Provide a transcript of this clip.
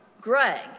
Greg